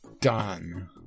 done